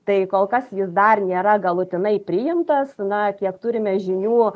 tai kol kas jis dar nėra galutinai priimtas na kiek turime žinių